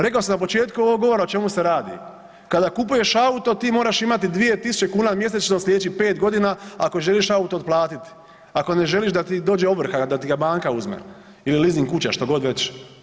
Rekao sam na početku ovog govora o čemu se radi, kada kupuješ auto ti moraš imati 2.000 mjesečno sljedećih 5 godina ako želiš auto otplatiti, ako ne želiš da ti dođe ovrha, da ti ga banka uzme ili lizing kuća što god već.